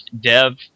dev